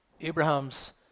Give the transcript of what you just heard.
Abraham's